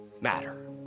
matter